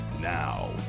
now